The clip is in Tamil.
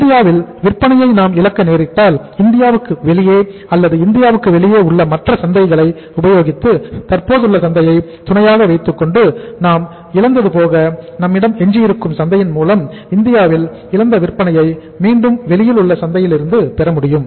இந்தியாவில் விற்பனையை நாம் இழக்க நேரிட்டால் இந்தியாவுக்கு வெளியே அல்லது இந்தியாவுக்கு வெளியே உள்ள மற்ற சந்தைகளை உபயோகித்து தற்போது உள்ள சந்தையை துணையாக வைத்துக்கொண்டு நாம் இழந்தது போக நம்மிடம் எஞ்சியிருக்கும் சந்தையின் மூலம் இந்தியாவில் இழந்த விற்பனையை மீண்டும் வெளியிலுள்ள சந்தையிலிருந்து பெறமுடியும்